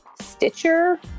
Stitcher